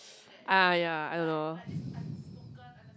uh ya I don't know